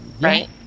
Right